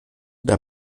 der